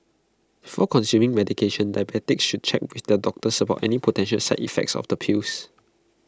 before consuming medication diabetics should check with their doctors about any potential side effects of the pills